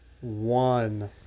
one